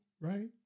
right